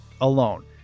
alone